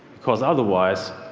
because otherwise,